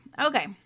Okay